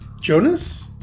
Jonas